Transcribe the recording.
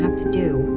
to do.